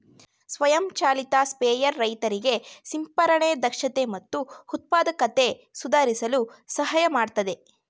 ಸ್ವಯಂ ಚಾಲಿತ ಸ್ಪ್ರೇಯರ್ ರೈತರಿಗೆ ಸಿಂಪರಣೆ ದಕ್ಷತೆ ಮತ್ತು ಉತ್ಪಾದಕತೆ ಸುಧಾರಿಸಲು ಸಹಾಯ ಮಾಡ್ತದೆ